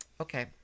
okay